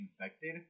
infected